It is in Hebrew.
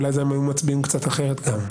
אולי היו מצביעים קצת אחרת כאן.